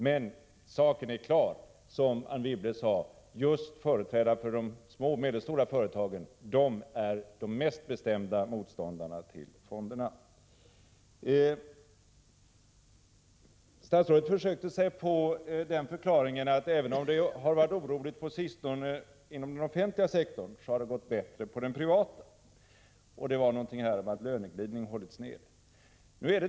Det är alldeles klart, som Anne Wibble sade, att det är just företrädarna för de små och medelstora företagen som är de mest bestämda motståndarna till fonderna. Statsrådet försökte sig på förklaringen att förhandlingarna, även om det på sistone har varit oroligt inom den offentliga sektorn, har gått bra på den privata sektorn. Han sade något om att löneglidningen hållits nere.